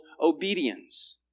obedience